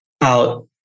out